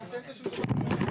הישיבה